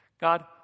God